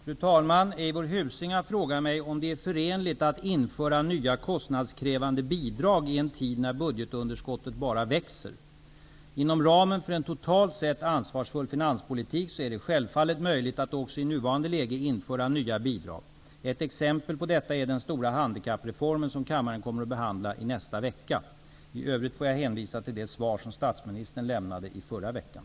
Fru talman! Eivor Husing har frågat mig om det är förenligt att införa nya kostnadskrävande bidrag i en tid när budgetunderskottet bara växer. Inom ramen för en totalt sett ansvarsfull finanspolitik är det självfallet möjligt att också i nuvarande läge införa nya bidrag. Ett exempel på detta är den stora handikappreformen som kammaren kommer att behandla i nästa vecka. I övrigt får jag hänvisa till det svar som statsministern lämnade i förra veckan.